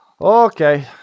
Okay